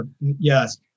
Yes